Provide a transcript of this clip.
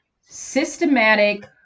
systematic